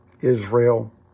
Israel